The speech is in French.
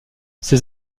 ses